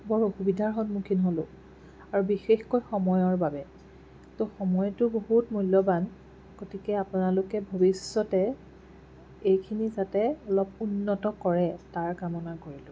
বৰ অসুবিধাৰ সন্মুখীন হ'লো আৰু বিশেষকৈ সময়ৰ বাবে ত' সময়টো বহুত মূল্যৱান গতিকে আপোনালোকে ভৱিষ্যতে এইখিনি যাতে অলপ উন্নত কৰে তাৰ কামনা কৰিলো